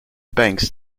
banks